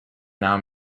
now